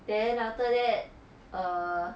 then after that err